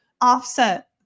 offset